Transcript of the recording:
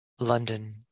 London